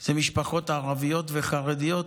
זה משפחות ערביות וחרדיות,